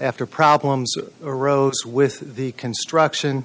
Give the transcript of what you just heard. after problems arose with the construction